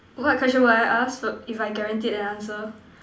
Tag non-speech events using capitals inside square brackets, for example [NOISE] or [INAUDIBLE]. what question will I ask [NOISE] if I guaranteed an answer